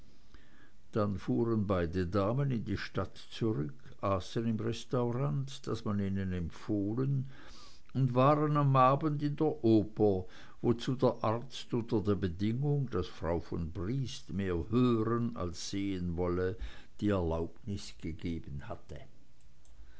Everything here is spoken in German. dann fuhren beide damen in die stadt zurück aßen im restaurant das man ihnen empfohlen und waren am abend in der oper wozu der arzt unter der bedingung daß frau von briest mehr hören als sehen wolle die erlaubnis gegeben hatte